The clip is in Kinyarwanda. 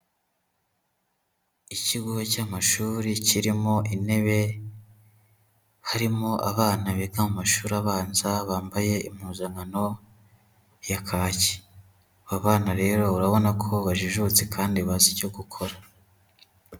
Ikigo cy'amashuri kirimo intebe, harimo abana biga mu mashuri abanza bambaye impuzankano ya kaki. Aba bana rero urabona ko bajijutse kandi bazi icyo gukora.